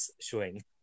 showing